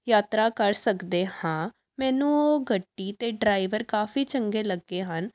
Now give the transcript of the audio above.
ਯਾਤਰਾ ਕਰ ਸਕਦੇ ਹਾਂ ਮੈਨੂੰ ਉਹ ਗੱਡੀ ਅਤੇ ਡ੍ਰਾਈਵਰ ਕਾਫੀ ਚੰਗੇ ਲੱਗੇ ਹਨ